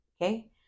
okay